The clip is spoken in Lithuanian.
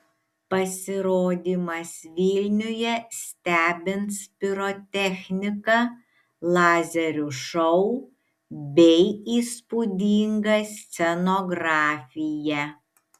pasirodymas vilniuje stebins pirotechnika lazerių šou bei įspūdinga scenografija